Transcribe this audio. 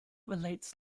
relates